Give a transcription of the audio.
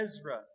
Ezra